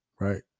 right